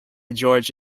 george